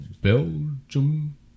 belgium